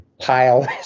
Pile